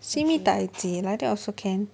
simi daiji like that also can